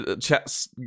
Chat's